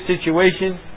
situation